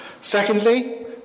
Secondly